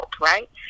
right